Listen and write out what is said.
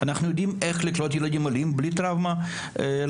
אנחנו יודעים איך לקלוט ילדים עולים בלי טראומה לשונית.